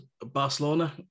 Barcelona